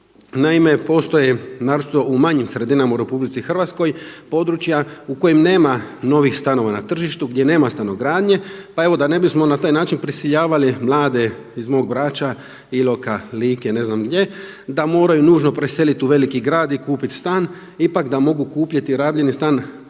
Naime postoje, naročito u manjim sredinama u RH područja u kojima nema novih stanova na tržištu, gdje nema stanogradnje. Pa evo da ne bismo na taj način prisiljavali mlade iz mog Brača, Iloka, Like ili ne znam gdje da moraju nužno preseliti u veliki grad i kupiti stan ipak da mogu kupiti rabljeni stan, rabljenu